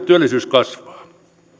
työllisyyskasvua